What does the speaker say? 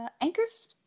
Anchors